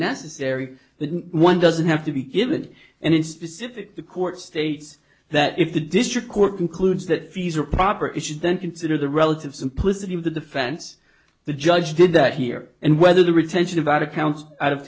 necessary that one doesn't have to be given and in specific the court states that if the district court concludes that fees are proper issues then consider the relative simplicity of the defense the judge did that here and whether the retention of accounts out of